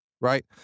right